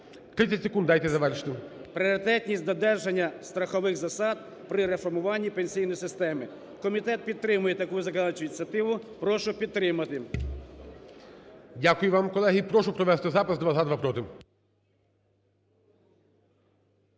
30 секунд, дайте завершити. ДРАЮК С.Є. …пріоритетність додержання страхових засад при реформуванні пенсійної системи. Комітет підтримує таку законодавчу ініціативу. Прошу підтримати. ГОЛОВУЮЧИЙ. Дякую вам, колеги. Прошу провести запис: два – за, два – проти.